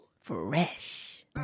Fresh